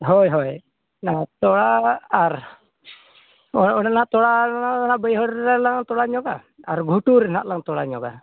ᱦᱳᱭ ᱦᱳᱭ ᱛᱳᱲᱟ ᱟᱨ ᱦᱳᱭ ᱚᱸᱰᱮᱱᱟᱜ ᱛᱚᱣᱟ ᱵᱟᱹᱭᱦᱟᱹᱲ ᱨᱮᱞᱟᱝ ᱛᱚᱞᱟ ᱧᱚᱜᱟ ᱟᱨ ᱜᱷᱩᱴᱩ ᱨᱮᱱᱟᱜ ᱞᱟᱝ ᱛᱳᱲᱟ ᱧᱚᱜᱟ